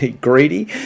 greedy